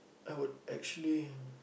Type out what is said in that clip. I would actually